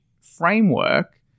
framework